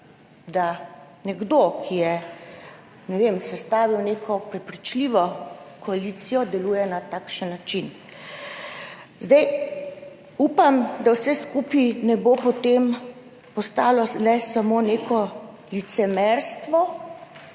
da nekdo, ki je sestavil neko prepričljivo koalicijo, deluje na takšen način. Zdaj upam, da vse skupaj ne bo potem postalo samo neko licemerstvo